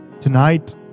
Tonight